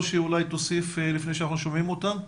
שאולי תוסיף לפני שאנחנו שומעים אותם?